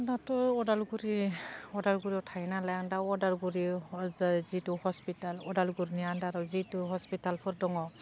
दाथ' अदालगुरि अदालगुरियाव थायोनालाय आं दा अदालगुरि हजाय जिथु हस्पिटाल अदालगुरिनि आन्डाराव जिथु हस्पिटालफोर दङ